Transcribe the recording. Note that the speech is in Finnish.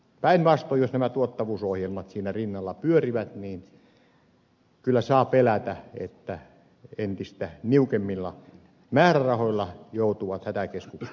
päinvastoin jos nämä tuottavuusohjelmat siinä rinnalla pyörivät kyllä saa pelätä että entistä niukemmilla määrärahoilla joutuvat hätäkeskukset toimimaan